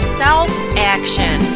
self-action